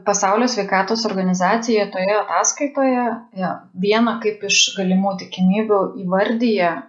pasaulio sveikatos organizacija toje ataskaitoje jo vieną kaip iš galimų tikimybių įvardija